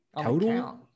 total